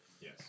Yes